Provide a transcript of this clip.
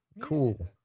Cool